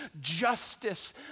justice